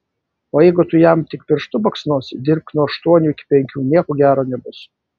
o jeigu tu jam tik pirštu baksnosi dirbk nuo aštuonių iki penkių nieko gero nebus